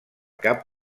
cap